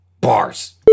bars